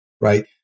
right